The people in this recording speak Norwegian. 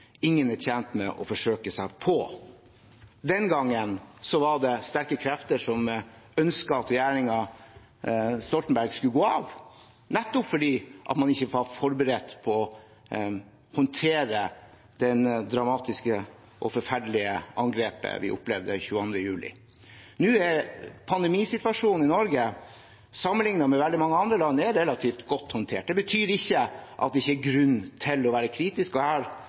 tjent med å forsøke seg på. Den gangen var det sterke krefter som ønsket at regjeringen Stoltenberg skulle gå av, nettopp fordi man ikke var forberedt på å håndtere det dramatiske og forferdelige angrepet vi opplevde 22. juli. Nå er pandemisituasjonen i Norge, sammenlignet med i veldig mange andre land, relativt godt håndtert. Det betyr ikke at det ikke er grunn til å være kritisk, og